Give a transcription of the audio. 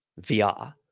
VR